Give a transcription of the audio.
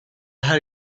her